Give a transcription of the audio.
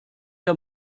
der